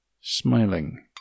Smiling